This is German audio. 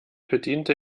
bediente